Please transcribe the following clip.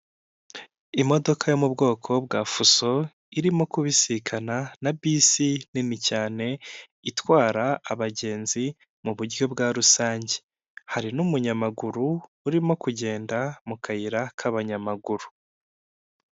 Imodoka yo mu bwoko bwa fuso irimo kubisikana na bisi nini cyane itwara abagenzi muburyo bwa rusange, hari n'umunyamaguru urimo kugenda mu kayira k'abanyamaguru.